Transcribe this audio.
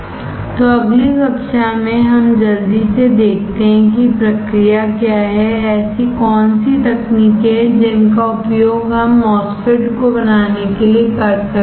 तो अगली कक्षा में हम जल्दी से देखते हैं कि प्रक्रिया क्या है ऐसी कौन सी तकनीकें हैं जिनका उपयोग हम MOSFET को बनाने के लिए कर सकते हैं